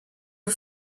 are